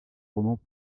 romans